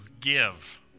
give